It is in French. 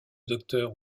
docteur